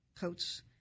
coats